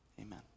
amen